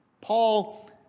Paul